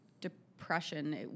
depression